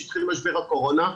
כשהתחיל משבר הקורונה,